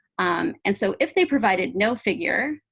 um and so if they provided no figure,